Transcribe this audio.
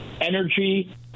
energy